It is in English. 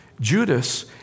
Judas